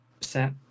set